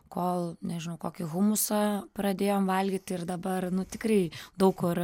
kol nežinau kokį humusą pradėjom valgyti ir dabar nu tikrai daug kur